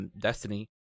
Destiny